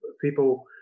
people